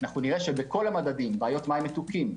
בכל המדדים - בעיות מים מתוקים,